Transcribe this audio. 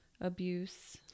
abuse